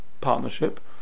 partnership